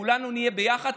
כולנו נהיה ביחד,